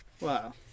Wow